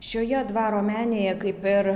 šioje dvaro menėje kaip ir